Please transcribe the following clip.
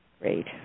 Great